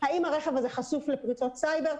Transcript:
האם הרכב הזה חשוף לפריצות סייבר.